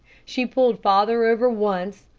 she pulled father over once,